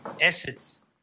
assets